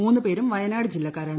മൂന്ന് പേരും വയനാട് ജില്ലക്കാരാണ്